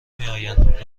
میآیند